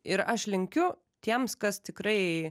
ir aš linkiu tiems kas tikrai